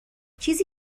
چیزی